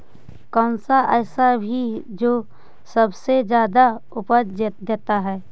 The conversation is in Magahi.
कौन सा ऐसा भी जो सबसे ज्यादा उपज देता है?